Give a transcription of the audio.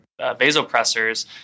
vasopressors